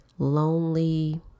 lonely